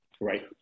Right